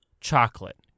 chocolate